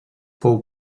fou